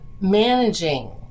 managing